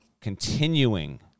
continuing